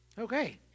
Okay